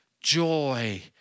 joy